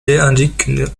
indique